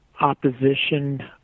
opposition